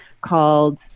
called